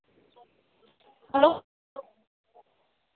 hello